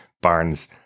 Barnes